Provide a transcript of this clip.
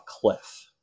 cliff